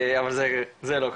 אבל זה לא חשוב.